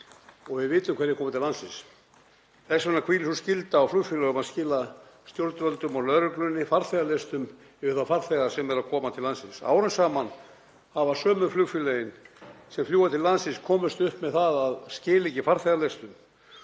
og við vitum hverjir koma til landsins. Þess vegna hvílir sú skylda á flugfélögum að skila stjórnvöldum og lögreglunni farþegalistum yfir þá farþega sem koma til landsins. Árum saman hafa sömu flugfélögin sem fljúga til landsins komist upp með það að skila ekki farþegalistum.